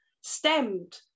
stemmed